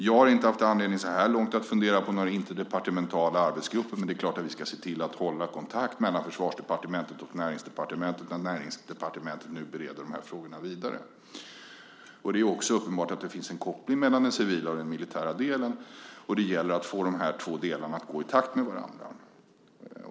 Jag har inte haft anledning så här långt att fundera på några interdepartementala arbetsgrupper, men det är klart att vi ska se till att hålla kontakt mellan Försvarsdepartementet och Näringsdepartementet när Näringsdepartementet nu bereder frågorna vidare. Det är också uppenbart att det finns en koppling mellan den civila och den militära delen. Det gäller att få de här två delarna att gå i takt med varandra.